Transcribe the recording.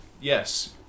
Yes